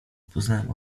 poznałem